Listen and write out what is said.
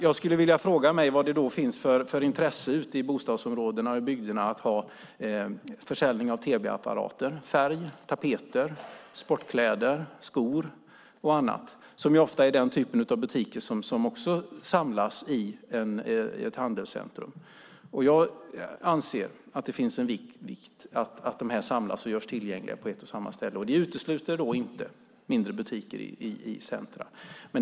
Vad finns det då för intresse i bostadsområdena och bygderna att ha försäljning av tv-apparater, färg, tapeter, sportkläder, skor och annat? Det är ofta den typen av butiker som samlas i ett handelscentrum. Jag anser att det är viktigt att de samlas och görs tillgängliga på ett och samma ställe. Det utesluter inte mindre butiker i centrum.